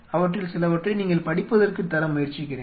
அவற்றில் சிலவற்றை நீங்கள் படிப்பதற்கு தர முயற்சிக்கிறேன்